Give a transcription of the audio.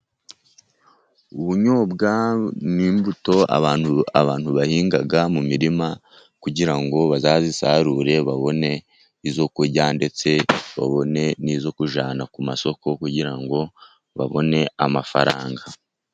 Ubunyobwa ni imbuto abantu bahinga mu mirima kugira ngo bazazisarure, babone izo kurya ndetse babone n'izo kujyana ku masoko kugira ngo babone amafaranga.